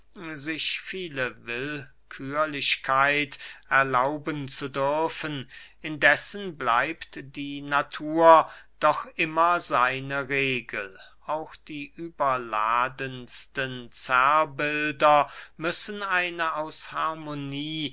sich viele willkührlichkeiten erlauben zu dürfen indessen bleibt die natur doch immer seine regel auch die überladensten zerrbilder müssen eine aus harmonie